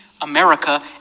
America